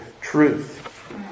truth